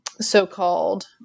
so-called